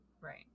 Right